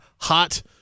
hot